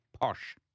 posh